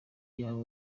yabo